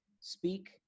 speak